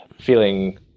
feeling